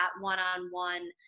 one-on-one